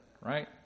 right